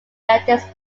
lattice